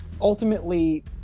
ultimately